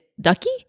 Ducky